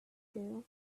too